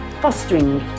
fostering